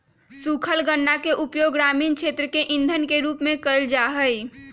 सूखल गन्ना के उपयोग ग्रामीण क्षेत्र में इंधन के रूप में भी कइल जाहई